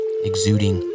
exuding